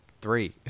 Three